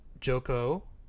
Joko